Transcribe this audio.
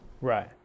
right